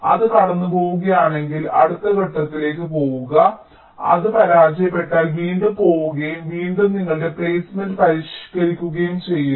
അത് കടന്നുപോകുകയാണെങ്കിൽ അടുത്ത ഘട്ടത്തിലേക്ക് പോകുക അത് പരാജയപ്പെട്ടാൽ വീണ്ടും പോകുകയും വീണ്ടും നിങ്ങളുടെ പ്ലേസ്മെന്റ് പരിഷ്കരിക്കുകയും ചെയ്യുക